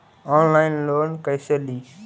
Online loan कैसे ली?